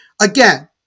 Again